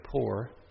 poor